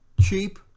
cheap